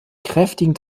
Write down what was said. kräftigen